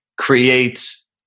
creates